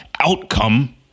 outcome